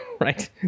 right